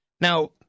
Now